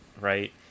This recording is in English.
right